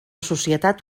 societat